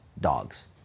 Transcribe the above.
dogs